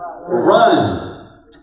run